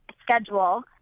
schedule